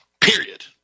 period